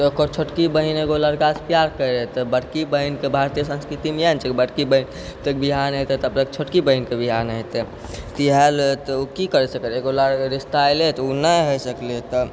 ओकर छोटकी बहिन एगो लड़कासँ प्यार करै रहै तऽ छोटकी बहिनके भारतीय संस्कृतिमे इएह ने होइ छै कि बड़की बहिनके जबतक बियाह नहि हेतै तबतक छोटकी बहिनके बियाह नहि हेतै की कर सकै रहै एगो रिश्ता एलै उ नहि हो सकलै तब